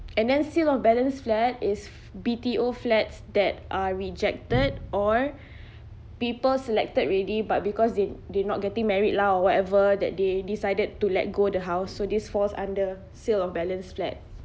and then sale of balance flat is B_T_O flats that are rejected or people selected already but because they did not getting married lah whatever that they decided to let go the house so this falls under sale of balance flat